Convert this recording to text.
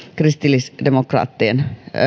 kristillisdemokraattien